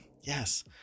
Yes